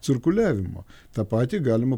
cirkuliavimo tą patį galima